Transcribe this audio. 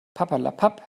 papperlapapp